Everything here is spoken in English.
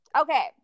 Okay